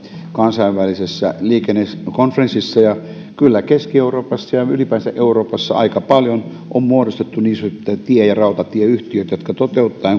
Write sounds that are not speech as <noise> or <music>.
kansainvälisessä liikennekonferenssissa ja kyllä keski euroopassa ja ylipäänsä euroopassa aika paljon on muodostettu niin sanottuja tie ja rautatieyhtiöitä jotka toteuttavat <unintelligible>